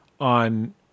on